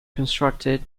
constructed